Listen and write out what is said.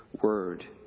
word